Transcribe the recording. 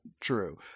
True